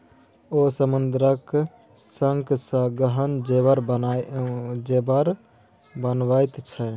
ओ समुद्रक शंखसँ गहना जेवर बनाबैत छै